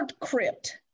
crypt